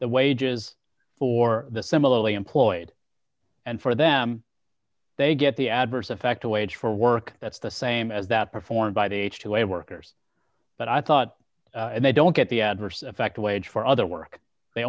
the wages for the similarly employed and for them they get the adverse effect a wage for work that's the same as that performed by the h two a workers but i thought they don't get the adverse effect wage for other work they